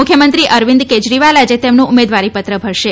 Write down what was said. મુખ્યમંત્રી અરવિંદ કેજરીવાલ આજે તેમનું ઉમેદવારીપત્ર ભરશે